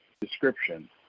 description